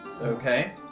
Okay